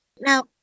Now